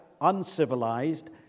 uncivilized